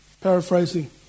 Paraphrasing